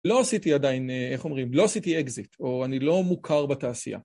לא עשיתי עדיין, איך אומרים, לא עשיתי אקזיט, או אני לא מוכר בתעשייה.